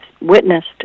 witnessed